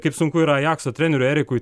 kaip sunku yra ajakso treneriui erikui